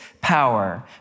power